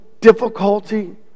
difficulty